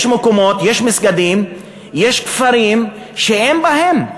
יש מקומות, יש מסגדים, יש כפרים שאין בהם,